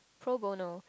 pro bono